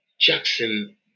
Jackson